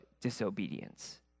disobedience